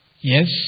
yes